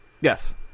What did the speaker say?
Yes